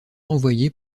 envoyés